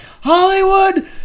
Hollywood